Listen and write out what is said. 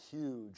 huge